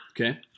Okay